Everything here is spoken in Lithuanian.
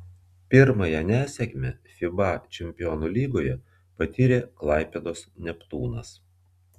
pirmąją nesėkmę fiba čempionų lygoje patyrė klaipėdos neptūnas